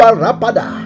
rapada